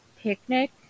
picnic